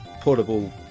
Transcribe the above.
portable